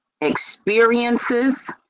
experiences